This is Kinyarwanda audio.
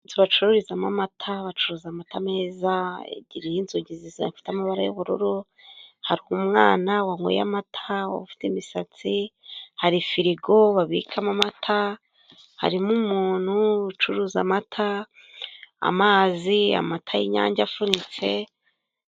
Inzu bacururizamo amata, bacuruza amata meza. Haruguru y'inzugi zifite amaba y'ubururu hari umwana wanyweye amata ufite imisatsi, hari firigo babikamo amata, harimo umuntu ucuruza amata, amazi, amata y'Inyange afunitse.